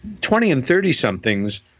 Twenty-and-thirty-somethings